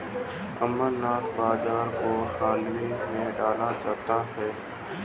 अमरनाथ बाजरा को हलवे में डाला जाता है